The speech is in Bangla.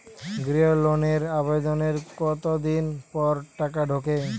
গৃহ লোনের আবেদনের কতদিন পর টাকা ঢোকে?